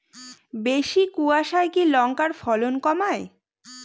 বেশি কোয়াশায় কি লঙ্কার ফলন কমায়?